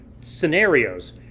scenarios